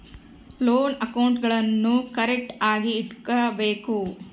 loan ಅಕೌಂಟ್ಗುಳ್ನೂ ಕರೆಕ್ಟ್ಆಗಿ ಇಟಗಬೇಕು